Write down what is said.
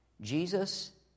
Jesus